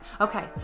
okay